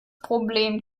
problem